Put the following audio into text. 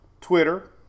twitter